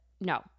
no